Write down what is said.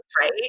right